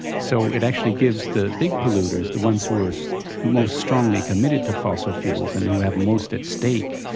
so it actually gives the big polluters, the ones who are so most strongly committed to fossil fuels and who have most at stake,